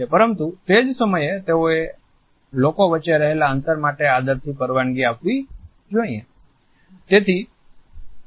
પરંતુ તે જ સમયે તેઓએ લોકો વચ્ચે રહેલા અંતર માટે આદરની પરવાનગી આપવી જોઈએ